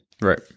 Right